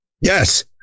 Yes